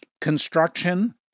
construction